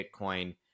Bitcoin